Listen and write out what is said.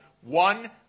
one